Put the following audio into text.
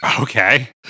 Okay